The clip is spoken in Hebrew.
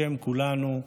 בשם כולנו,